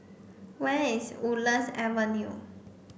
where is Woodlands Avenue